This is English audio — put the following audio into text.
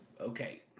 Okay